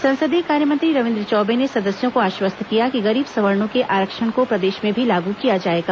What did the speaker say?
संसदीय कार्यमंत्री रविन्द्र चौबे ने सदस्यों को आश्वस्त किया कि गरीब सवर्णो के आरक्षण को प्रदेश में भी लागू किया जाएगा